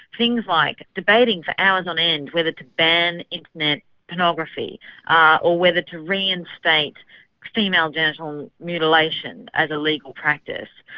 things like debating for hours on end whether to ban internet pornography ah or whether to reinstate female genital mutilation as a legal practice,